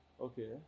Okay